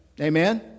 amen